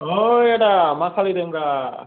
ओइ आदा मा खालायदोंब्रा